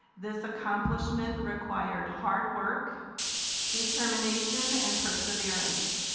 this accomplishment required hard work determination and perseverance.